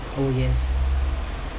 oh yes